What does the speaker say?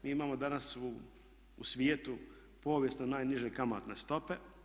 Mi imamo danas u svijetu povijesno najniže kamatne stope.